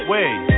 Wait